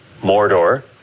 Mordor